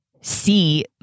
see